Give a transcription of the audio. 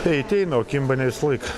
tai ateina o kimba ne visą laiką